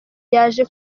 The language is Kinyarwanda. yaje